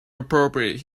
appropriate